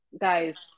guys